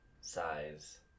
size